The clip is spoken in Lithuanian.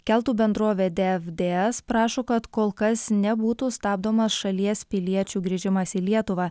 keltų bendrovė dfds prašo kad kol kas nebūtų stabdomas šalies piliečių grįžimas į lietuvą